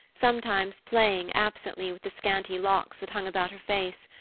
sometimes playing absently with the scanty locks that hung about her face,